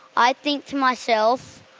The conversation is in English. i'd think to myself,